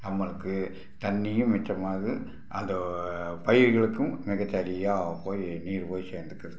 நம்மளுக்கு தண்ணியும் மிச்சமாவது அதோ பயிர்களுக்கும் மிக சரியாக போயி நீர் போயி சேர்ந்துக்குது